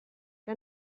que